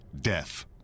death